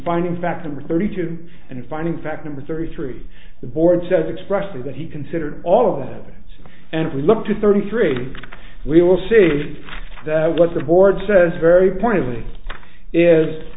finding fact and thirty two and finding fact number thirty three the board said expressly that he considered all of them and we looked at thirty three we will see what the board says very point